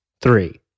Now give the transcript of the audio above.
Three